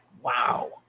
wow